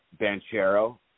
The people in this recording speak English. Banchero